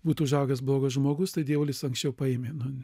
būtų užaugęs blogas žmogus tai dievulis anksčiau paėmė nu